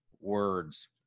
words